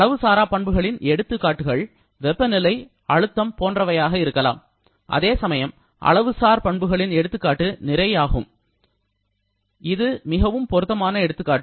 அளவு சாரா பண்புகளின் எடுத்துக்காட்டுகள் வெப்பநிலை அழுத்தம் போன்றவையாக இருக்கலாம் அதேசமயம் அளவுசார் பண்புகளின் எடுத்துக்காட்டு நிறை ஆகும் இது மிகவும் பொருத்தமான எடுத்துக்காட்டு